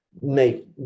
make